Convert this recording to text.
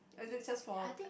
or it is just for